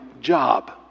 job